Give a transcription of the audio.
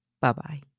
Bye-bye